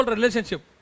relationship